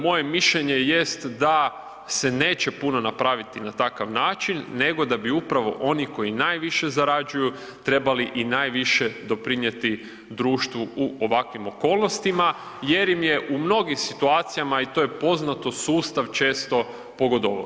Moje mišljenje jest da se neće puno napraviti na takav način, nego da bi upravo oni koji najviše zarađuju trebali i najviše doprinijeti društvu u ovakvim okolnostima jer im je u mnogim situacijama, i to je poznato, sustav često pogodovao.